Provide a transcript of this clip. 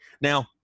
now